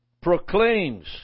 proclaims